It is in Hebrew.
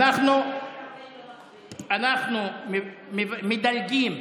אנחנו מדלגים,